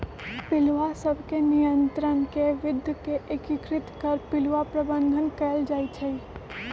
पिलुआ सभ के नियंत्रण के विद्ध के एकीकृत कर पिलुआ प्रबंधन कएल जाइ छइ